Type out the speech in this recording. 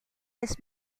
his